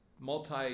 Multi